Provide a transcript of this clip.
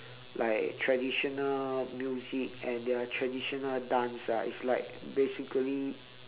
like traditional music and their traditional dance ah is like basically